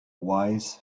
wise